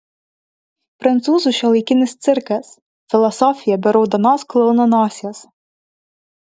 prancūzų šiuolaikinis cirkas filosofija be raudonos klouno nosies